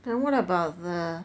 then what about the